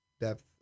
depth